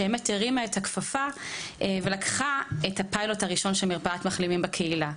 שהרימה את הכפפה וקלחה את הפיילוט הראשון של מרפאות מחלימים בקהילה.